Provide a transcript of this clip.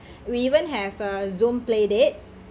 we even have uh zoom play dates